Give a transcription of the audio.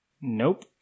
Nope